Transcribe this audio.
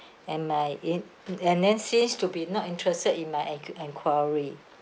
and my in and then seems to be not interested in my enq~ enquiry